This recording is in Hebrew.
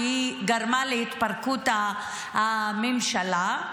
וגרמה להתפרקות הממשלה,